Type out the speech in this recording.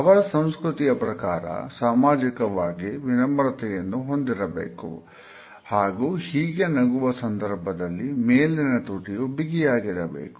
ಅವರ ಸಂಸ್ಕೃತಿಯ ಪ್ರಕಾರ ಸಾಮಾಜಿಕವಾಗಿ ವಿನಮ್ರತೆಯನ್ನು ಹೊಂದಿರಬೇಕು ಹಾಗೂ ಹೀಗೆ ನಗುವ ಸಂದರ್ಭದಲ್ಲಿ ಮೇಲಿನ ತುಟಿಯು ಬಿಗಿಯಾಗಿರಬೇಕು